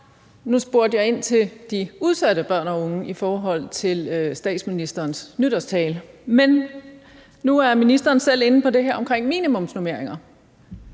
Nu spurgte jeg ind til de udsatte børn og unge i forhold til statsministerens nytårstale. Men nu er ministeren selv inde på det her omkring minimumsnormeringer.